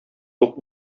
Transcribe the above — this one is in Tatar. тук